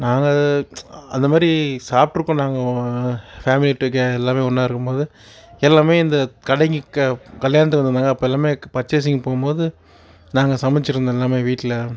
நாங்கள் அதை அந்த மாதிரி சாப்பிட்ருக்கோம் நாங்கள் ஃபேமிலி டுகெதர் எல்லாமே ஒன்றா இருக்கும்போது எல்லாமே இந்த கடைங்க க கல்யாணத்துக்கு வந்த மாதிரிதான் அப்போ எல்லாமே பர்சசிங் போகும்போது நாங்கள் சமைச்சியிருந்தோம் எல்லாமே வீட்டில்